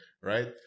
right